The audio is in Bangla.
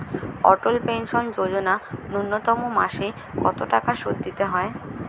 অটল পেনশন যোজনা ন্যূনতম মাসে কত টাকা সুধ দিতে হয়?